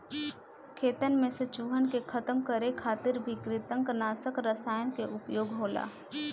खेतन में से चूहन के खतम करे खातिर भी कृतंकनाशक रसायन के उपयोग होला